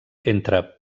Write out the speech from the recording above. entre